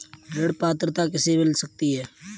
ऋण पात्रता किसे किसे मिल सकती है?